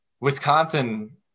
Wisconsin